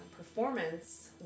performance